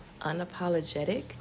unapologetic